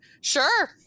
sure